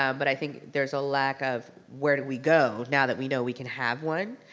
um but i think there's a lack of, where do we go now that we know we can have one.